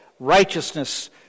righteousness